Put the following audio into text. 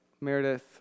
Meredith